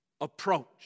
approach